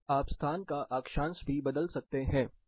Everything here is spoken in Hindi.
आप स्थान का अक्षांश भी बदल सकते हैं